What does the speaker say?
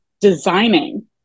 designing